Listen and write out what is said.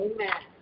Amen